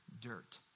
dirt